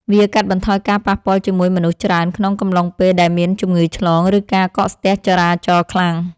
វាកាត់បន្ថយការប៉ះពាល់ជាមួយមនុស្សច្រើនក្នុងកំឡុងពេលដែលមានជំងឺឆ្លង ឬការកកស្ទះចរាចរណ៍ខ្លាំង។